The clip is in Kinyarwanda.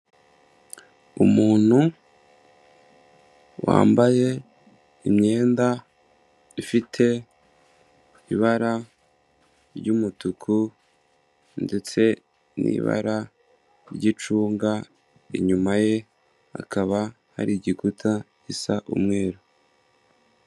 Umuntu wambaye imyenda ifite ibara ry'umutuku ndetse n'ibara ry'icunga, inyuma ye hakaba hari igikuta gisa umweru.